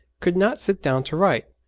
could not sit down to write,